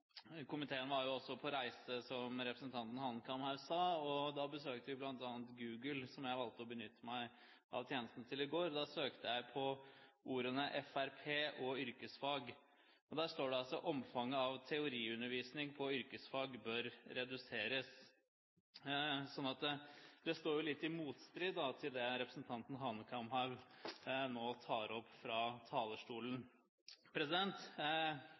Komiteen var på reise, som representanten Hanekamhaug sa, og da besøkte vi bl.a. Google. Jeg valgte å benytte meg av den tjenesten i går, og da søkte jeg på ordene «FrP» og «yrkesfag». Der står det: «Omfanget av teoriundervisning på yrkesfag bør reduseres». Det står jo litt i motstrid til det representanten Hanekamhaug nå tok opp fra talerstolen.